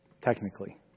Technically